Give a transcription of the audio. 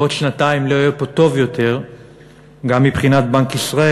בעוד שנתיים לא יהיה פה טוב יותר גם מבחינת בנק ישראל.